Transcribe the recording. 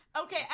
Okay